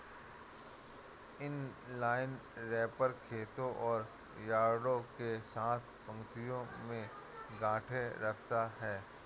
inline wrapper खेतों और यार्डों के साथ पंक्तियों में गांठें रखता है